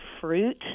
fruit